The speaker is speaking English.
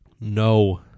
No